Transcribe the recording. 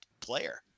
player